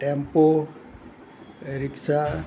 tempo Rikshaw